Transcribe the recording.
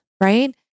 right